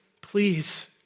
Please